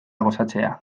gozatzea